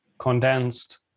condensed